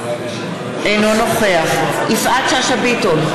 אינו נוכח יפעת שאשא ביטון,